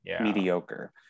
mediocre